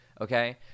Okay